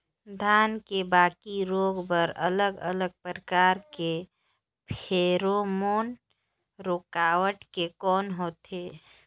धान के बाकी रोग बर अलग अलग प्रकार के फेरोमोन रूकावट के कौन होथे?